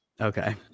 Okay